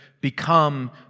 become